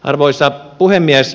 arvoisa puhemies